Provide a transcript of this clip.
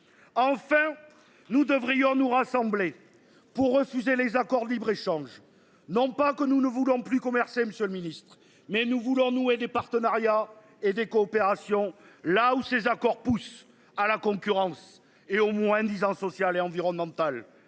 Enfin. Nous devrions nous rassembler pour refuser les accords de libre-, échange, non pas que nous ne voulons plus commercer, Monsieur le Ministre, mais nous voulons nouer des partenariats et des coopérations là où ces accords pousse à la concurrence et au moins-disant social et environnemental.